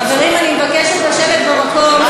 חברים, אני מבקשת לשבת במקום.